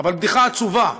אבל בדיחה עצובה.